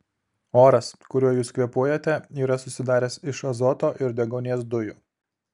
oras kuriuo jūs kvėpuojate yra susidaręs iš azoto ir deguonies dujų